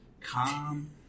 calm